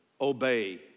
Obey